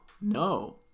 No